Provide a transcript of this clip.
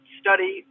study